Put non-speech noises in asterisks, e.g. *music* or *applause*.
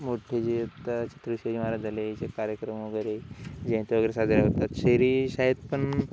मोठे जे ता *unintelligible* महाराज झाले जे कार्यक्रम वगैरे जयंत्या वगैरे साजऱ्या करतात शहरी शाळेत पण